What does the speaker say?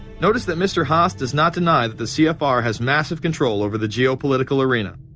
notice that mr. haas does not deny. that the cfr has massive control over the geopolitical arena,